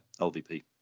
LVP